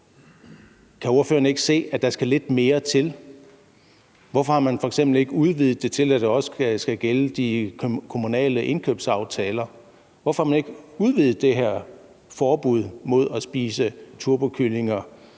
Kan ordføreren ikke se, at der skal lidt mere til? Hvorfor har man f.eks. ikke udvidet det til, at det også skal gælde de kommunale indkøbsaftaler? Hvorfor har man ikke udvidet det her forbud mod at spise turbokyllinger